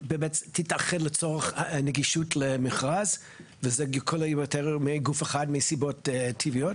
באמת תתאחד לצורך הנגישות למכרז וזה יהיה מעין גוף אחד מסיבות טבעיות,